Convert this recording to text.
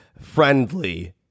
friendly